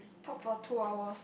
talk for two hours